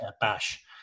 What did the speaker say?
Bash